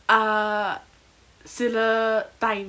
err சில:sila time